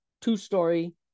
two-story